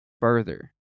further